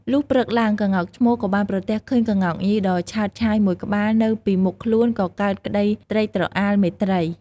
លុះព្រឹកឡើងក្ងោកឈ្មោលក៏បានប្រទះឃើញក្ងោកញីដ៏ឆើតឆាយមួយក្បាលនៅពីមុខខ្លួនក៏កើតក្ដីត្រេកត្រអាលមេត្រី។